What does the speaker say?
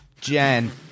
Jen